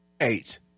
eight